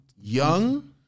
Young